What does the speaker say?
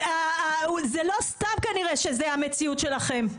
זה לא סתם כנראה שזה המציאות שלכם,